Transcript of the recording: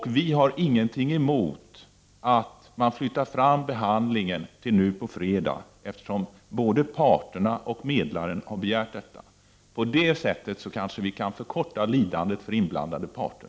Men vi har ingenting emot att man tidigarelägger behandlingen av ärendet till nu på fredag, eftersom både parterna och medlarna har begärt detta. På det sättet kanske vi kan förkorta lidandet något för inblandade parter.